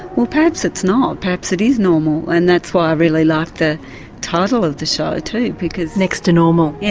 well perhaps it's not, perhaps it is normal and that's why i really liked the title of the show ah too. next to normal. yeah